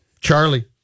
Charlie